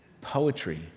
poetry